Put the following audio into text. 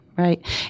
Right